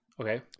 Okay